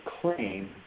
claim